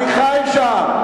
אני חי שם.